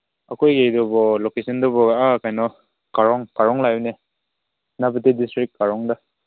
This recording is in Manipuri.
ꯑꯩꯈꯣꯏꯒꯤꯗꯨꯕꯨ ꯂꯣꯀꯦꯁꯟꯗꯨꯕꯨ ꯑꯥ ꯀꯩꯅꯣ ꯀꯔꯣꯡ ꯍꯥꯏꯕꯅꯦ ꯁꯦꯅꯥꯄꯇꯤ ꯗꯤꯁꯇ꯭ꯔꯤꯛ ꯀꯔꯣꯡꯗ